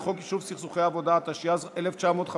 חבר הכנסת אלי בן-דהן,